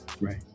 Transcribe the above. right